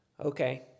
okay